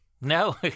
No